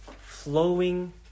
flowing